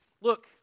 look